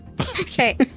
Okay